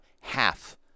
half